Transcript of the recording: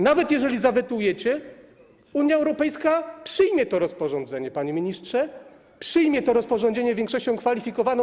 Nawet jeżeli zawetujecie, Unia Europejska przyjmie to rozporządzenie, panie ministrze, przyjmie to rozporządzenie większością kwalifikowaną.